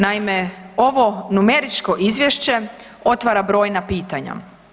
Naime, ovo numeričko izvješće otvara brojna pitanja.